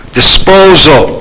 disposal